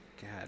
God